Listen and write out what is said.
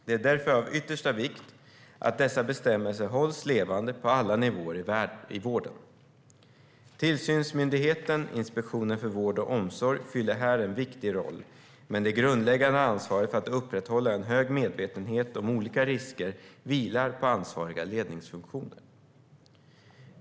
Det är därför av yttersta vikt att dessa bestämmelser hålls levande på alla nivåer i vården. Tillsynsmyndigheten Inspektionen för vård och omsorg fyller här en viktig roll, men det grundläggande ansvaret för att upprätthålla en hög medvetenhet om olika risker vilar på ansvariga ledningsfunktioner.